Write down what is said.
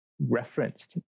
referenced